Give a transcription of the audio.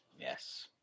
Yes